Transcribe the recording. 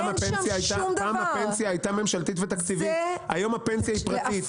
פעם הפנסיה הייתה ממשלתית ותקציבית והיום הפנסיה היא פרטית.